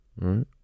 Right